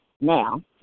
now